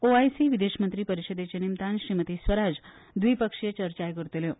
ओआयसी विदेश मंत्री परिशदेचे निमतान श्रीमती स्वराज द्विपक्षीय चर्चाय करतल्यो